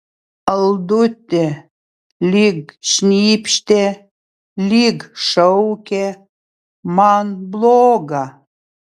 aldute lyg šnypštė lyg šaukė man bloga